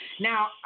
Now